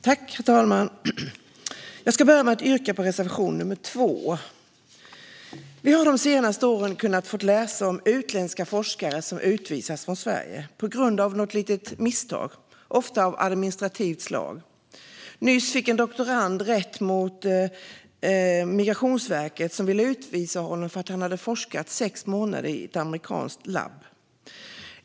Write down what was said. Herr talman! Jag ska börja med att yrka bifall till reservation nr 2. Nya regler om uppe-hållstillstånd för forskning och studier inom högre utbildning Vi har de senaste åren kunnat läsa om utländska forskare som utvisas från Sverige på grund av något litet misstag - ofta av administrativt slag. Nyss fick en doktorand rätt mot Migrationsverket, som ville utvisa honom för att han forskat i ett amerikanskt labb i sex månader.